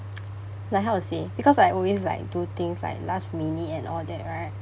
like how to say because I always like do things like last minute and all that right